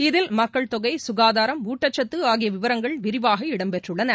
இதில் மக்கள் தொகை சுகாதாரம் ஊட்டச்சத்து ஆகிய விவரங்கள் விரிவாக இடம்பெற்றுள்ளன